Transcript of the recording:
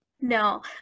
no